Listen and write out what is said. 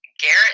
Garrett